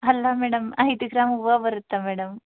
ಅಲ್ಲ ಮೇಡಮ್ ಐದು ಗ್ರಾಮ್ ಹೂವು ಬರುತ್ತಾ ಮೇಡಮ್